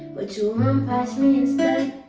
but you run past me instead